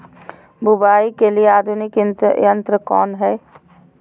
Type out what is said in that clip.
बुवाई के लिए आधुनिक यंत्र कौन हैय?